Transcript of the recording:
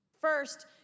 First